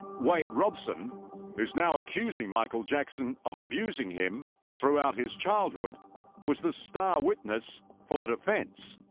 wade robson is now accusing michael jackson of abusing him throughout his childhood was the star witness for the defense?